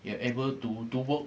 you are able to do work